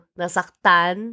nasaktan